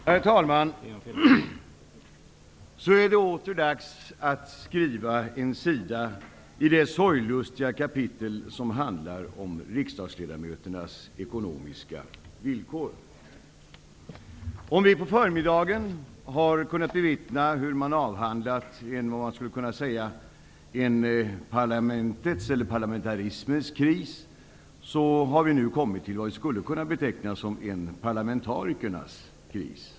Herr talman! Så är det åter dags att skriva en sida i det sorglustiga kapitel som handlar om riksdagsledamöternas ekonomiska villkor. Om vi på förmiddagen kunnat bevittna hur man avhandlat en vad man skulle kunna kalla parlamentets eller parlamentarismens kris, har vi nu kommit till vad man skulle kunna beteckna som en parlamentarikernas kris.